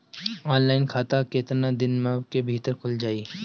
Online खाता केतना दिन के भीतर ख़ुल जाई?